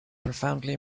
profoundly